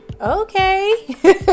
okay